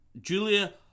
Julia